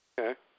Okay